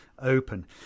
open